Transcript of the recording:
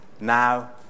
now